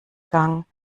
gang